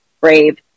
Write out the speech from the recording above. brave